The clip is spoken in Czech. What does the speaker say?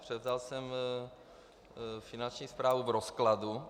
Převzal jsem finanční správu v rozkladu.